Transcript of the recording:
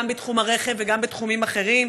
גם בתחום הרכב וגם בתחומים אחרים.